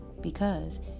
Because